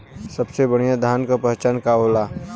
सबसे बढ़ियां धान का पहचान का होला?